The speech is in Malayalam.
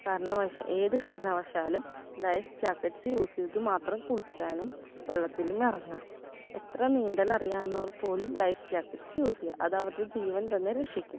കരണവശാൽ ഏത് കാരണവശാലും ലൈഫ് ജാക്കറ്റ്സ് യൂസ് ചെയ്ത് മാത്രം കുളിക്കാനും വെള്ളത്തിലും ഇറങ്ങുക എത്ര നീന്തലറിയാവുന്നവർ പോലും ലൈഫ് ജാക്കറ്റ്സ് യൂസ് ചെയ്യുക അത് അവരുടെ ജീവൻ തന്നെ രക്ഷിക്കും